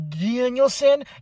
Danielson